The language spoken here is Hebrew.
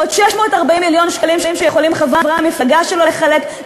עוד 640 מיליון שקלים שיכולים חברי המפלגה שלו לחלק.